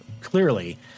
clearly